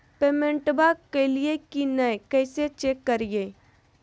पेमेंटबा कलिए की नय, कैसे चेक करिए?